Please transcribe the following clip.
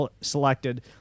selected